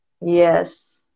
yes